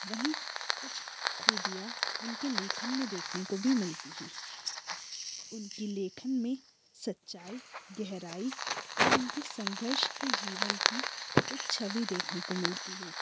वहीं कुछ खूबियाँ उनके लेखन में देखने को भी मिलती हैं उनके लेखन में सच्चाई गहराई और उनके संघर्ष के जीवन की एक छवि देखने को मिलती है